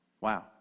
Wow